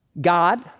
God